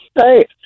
Hey